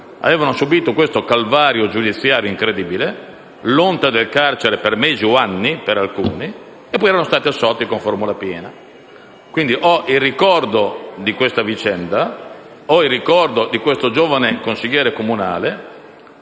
Avevano subito questo calvario giudiziario incredibile e l'onta del carcere per mesi o anni e poi erano stati assolti con formula piena. Ho il ricordo di questa vicenda e di questo giovane consigliere comunale.